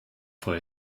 for